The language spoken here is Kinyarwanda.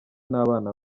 n’abana